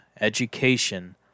education